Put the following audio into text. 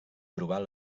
trobar